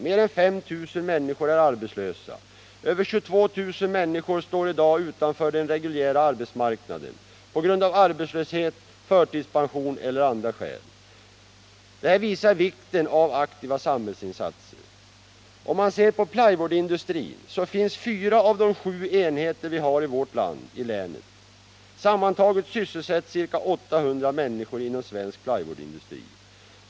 Mer än 5 000 personer är arbetslösa. Över 22 000 människor står i dag utanför den reguljära arbetsmarknaden på grund av arbetslöshet, förtidspension eller av andra skäl. Detta visar vikten av aktiva samhällsinsatser. Om man ser på plywoodindustrin, så finns fyra av de sju enheter vi har i vårt land i länet. Sammantaget sysselsätts ca 800 människor inom svensk plywoodindustri.